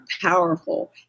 powerful